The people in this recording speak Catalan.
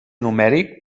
numèric